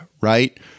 right